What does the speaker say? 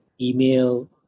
email